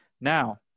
Now